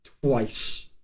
twice